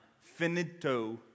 Finito